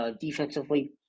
defensively